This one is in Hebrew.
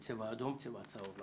בצבע אדום ובצבע צהוב.